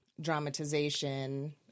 dramatization